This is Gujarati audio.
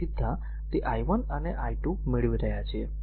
તેથી સીધા તે i1 અને i2 મેળવી રહ્યા છે